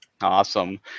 Awesome